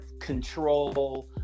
control